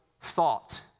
thought